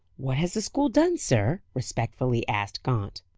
what has the school done, sir? respectfully asked gaunt.